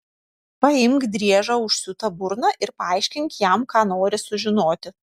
paimk driežą užsiūta burna ir paaiškink jam ką nori sužinoti